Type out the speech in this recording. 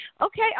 Okay